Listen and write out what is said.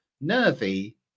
nervy